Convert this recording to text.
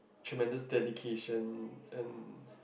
tremendous dedication and